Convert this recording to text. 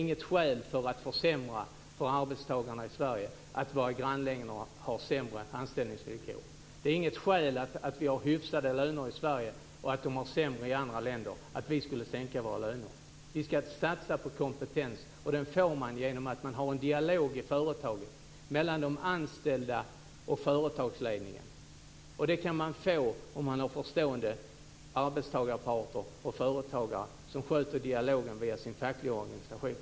Men att arbetstagarna i våra grannländer har sämre arbetsvillkor är inget skäl för att försämra för arbetstagarna i Sverige. Att arbetstagarna har lägre löner i andra länder är inget skäl för att vi skulle sänka våra hyfsade löner. Vi ska satsa på kompetens, och det är möjligt genom att man har en dialog i företaget mellan de anställda och företagsledningen och om man har förstående företagare och arbetstagarparter som sköter dialogen via sin fackliga organisation.